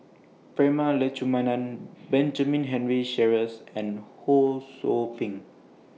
Prema Letchumanan Benjamin Henry Sheares and Ho SOU Ping